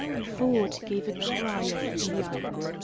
ford gave a cry of delight.